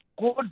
good